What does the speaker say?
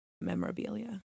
memorabilia